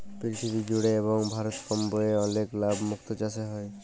পীরথিবী জুড়ে এবং ভারতে কম ব্যয়ে অলেক লাভ মুক্ত চাসে হ্যয়ে